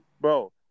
Bro